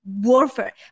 warfare